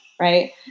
right